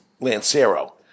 Lancero